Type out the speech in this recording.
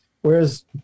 Whereas